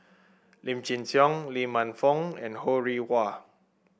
Lim Chin Siong Lee Man Fong and Ho Rih Hwa